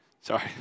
Sorry